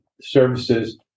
services